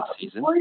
season